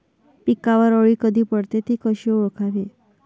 पिकावर अळी कधी पडते, ति कशी ओळखावी?